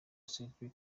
celtic